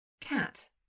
cat